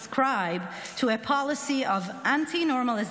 to a policy of "anti-normalization",